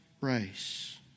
race